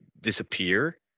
disappear